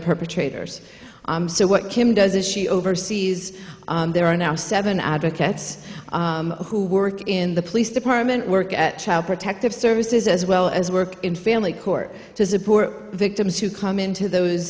perpetrators so what kim does she oversees there are now seven advocates who work in the police department work at child protective services as well as work in family court to support victims who come into those